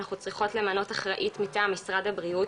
אנחנו צריכות למנות אחראית מטעם משרד הבריאות,